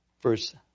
Verse